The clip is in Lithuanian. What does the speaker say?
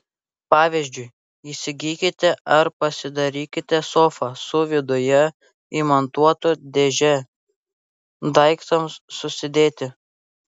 pavyzdžiui įsigykite ar pasidarykite sofą su viduje įmontuota dėže daiktams susidėti